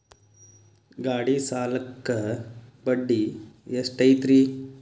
ಗಾಡಿ ಸಾಲಕ್ಕ ಬಡ್ಡಿ ಎಷ್ಟೈತ್ರಿ?